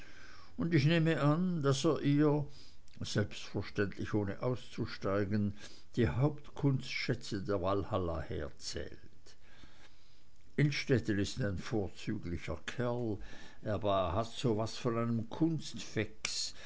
und ich nehme an daß er ihr selbstverständlich ohne auszusteigen die hauptkunstschätze der walhalla herzählt innstetten ist ein vorzüglicher kerl aber er hat so was von einem